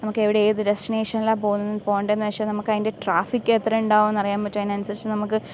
നമുക്ക് എവിടെ ഏത് ഡെസ്റ്റിനേഷനിലാണ് പോകുന്നത് പോണ്ടതെന്ന് വച്ചാൽ നമുക്കതിൻ്റെ ട്രാഫിക്ക് എത്ര ഉണ്ടാവുമെന്ന് അറിയാൻ പറ്റും അതിനനുസരിച്ച് നമുക്ക്